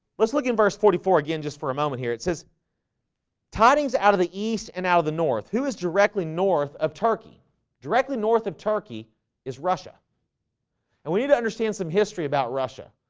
let's look in verse forty four again just for a moment here. it says tidings out of the east and out of the north who is directly north of turkey directly north of turkey is russia and we need to understand some history about russia